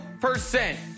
percent